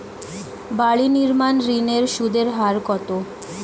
বাড়ি নির্মাণ ঋণের সুদের হার কত?